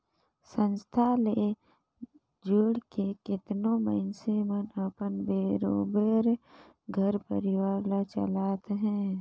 संस्था ले जुइड़ के केतनो मइनसे मन अपन बरोबेर घर परिवार ल चलात अहें